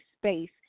space